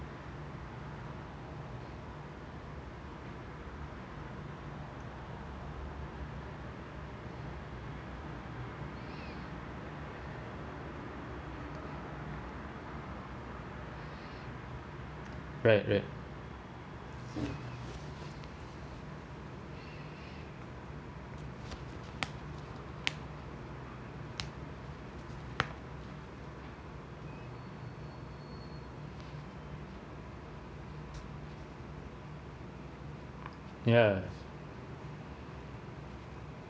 right right ya